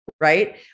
right